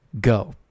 go